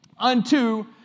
Unto